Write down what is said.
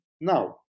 Now